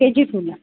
के G टूला